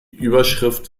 überschrift